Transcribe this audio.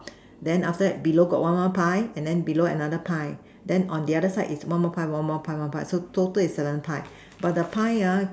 then after that below got one more pie and then below another pie then on the other side is one more pie one more pie one more pie so total is seven pie but the pie